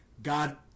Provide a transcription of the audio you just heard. God